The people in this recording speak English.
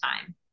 time